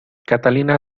catalina